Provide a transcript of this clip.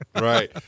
Right